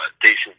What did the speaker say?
decent